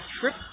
trip